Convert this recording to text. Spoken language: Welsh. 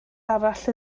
arall